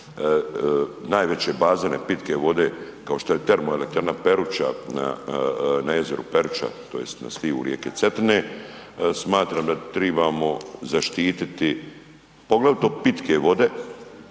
najveće bazene pitke vode kao što je teromoelektrana Peruča na jezeru Peruča tj. na slivu rijeke Cetine. Smatram da tribamo zaštititi, poglavito pitke vode,